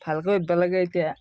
ভালকৈ উঠিব লাগে এতিয়া